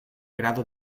grado